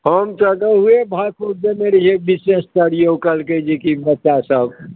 हम तऽ रोहूए भाकुर देने रहियै विशेष कर यौ कहलकै जे कि बच्चासभ